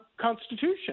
Constitution